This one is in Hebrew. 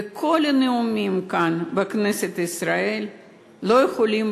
וכל הנאומים כאן בכנסת ישראל לא יכולים